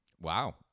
Wow